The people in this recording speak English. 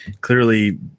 clearly